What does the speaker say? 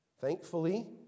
Thankfully